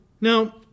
Now